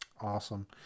Awesome